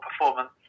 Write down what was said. performance